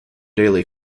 daley